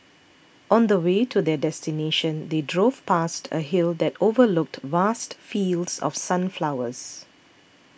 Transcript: on the way to their destination they drove past a hill that overlooked vast fields of sunflowers